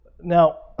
Now